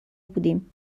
بودیم